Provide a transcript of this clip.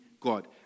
God